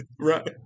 Right